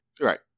Right